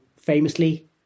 famously